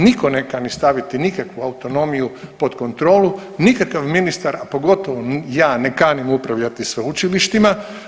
Nitko ne kani staviti nikakvu autonomiju pod kontrolu, nikakav ministar, a pogotovo ja ne kanim upravljati sveučilištima.